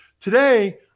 Today